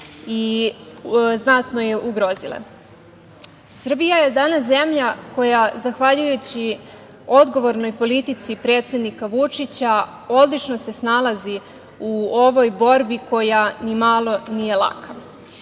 i znatno je ugrozile. Srbija je danas zemlja koja zahvaljujući odgovornoj politici predsednika Vučića odlično se snalazi u ovoj borbi koja ni malo nije laka. Kada